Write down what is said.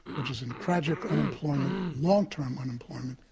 which is in tragic unemployment, long-term unemployment,